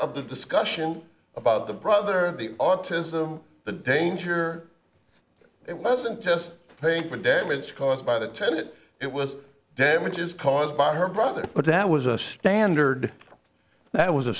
of the discussion about the brother of the autism the danger it wasn't just paying for damage caused by the tenet it was damages caused by her brother but that was a standard that was a